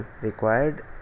required